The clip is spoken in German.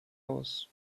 aus